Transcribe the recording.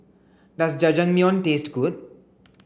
does Jajangmyeon taste good